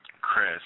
Chris